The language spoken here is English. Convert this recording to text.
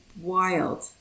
wild